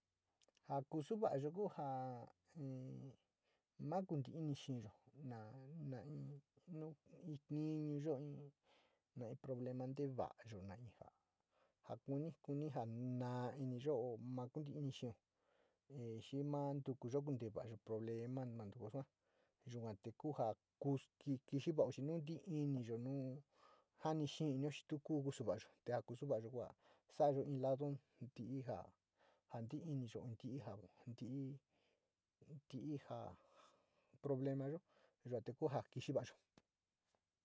Ja kusa va´ayo ku ja ni ma kutii inti xiiyo ma, na, nu iniiyo na in problema nteya´ayo na ja kunj kunj maari iyo na komiipis xio zir na ntukuyo kuntavayo problema ma ma mbu sua yua te ku ja kusa kisk vao te sua ntiri iniiyo nnu jasi kee, iniiyo tu ku kusa varayo, te ja kusa varayo ku saad sa´avayo in lado ntii ja nti´iniyo, nti´i ja ntiri ja problema yo te ku ja kixi va´ayo.